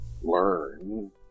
learn